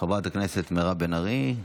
חברת הכנסת מירב בן ארי.